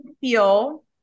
feel